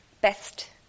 Best